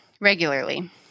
regularly